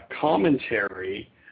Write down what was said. commentary